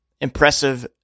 Impressive